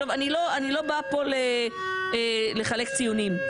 אני לא באה פה לחלק ציונים,